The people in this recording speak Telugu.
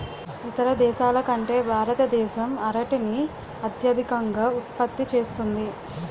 ఇతర దేశాల కంటే భారతదేశం అరటిని అత్యధికంగా ఉత్పత్తి చేస్తుంది